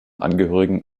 angehörigen